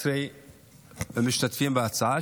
ויש 11 משתתפים בהצעה,